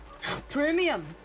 Premium